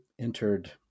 entered